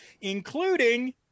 including